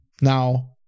Now